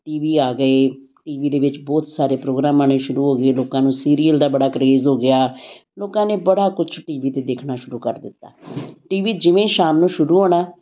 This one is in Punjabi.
ਟੀ ਵੀ ਆ ਗਏ ਟੀ ਵੀ ਦੇ ਵਿੱਚ ਬਹੁਤ ਸਾਰੇ ਪ੍ਰੋਗਰਾਮ ਆਉਣੇ ਸ਼ੁਰੂ ਹੋ ਗਏ ਲੋਕਾਂ ਨੂੰ ਸੀਰੀਅਲ ਦਾ ਬੜਾ ਕਰੇਜ਼ ਹੋ ਗਿਆ ਲੋਕਾਂ ਨੇ ਬੜਾ ਕੁਛ ਟੀ ਵੀ 'ਤੇ ਦੇਖਣਾ ਸ਼ੁਰੂ ਕਰ ਦਿੱਤਾ ਟੀ ਵੀ ਜਿਵੇਂ ਸ਼ਾਮ ਨੂੰ ਸ਼ੁਰੂ ਹੋਣਾ